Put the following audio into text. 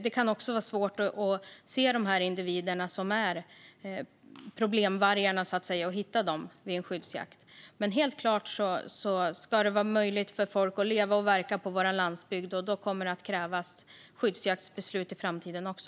Det kan vara svårt att se och hitta de individer som är problemvargar vid en skyddsjakt. Det ska helt klart vara möjligt för folk att leva och verka på vår landsbygd, och då kommer det att krävas skyddsjaktsbeslut i framtiden också.